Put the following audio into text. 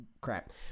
crap